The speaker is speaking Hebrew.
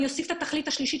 אני אוסיף את התכלית השלישית,